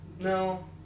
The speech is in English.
No